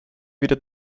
wieder